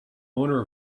owner